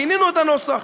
שינינו את הנוסח.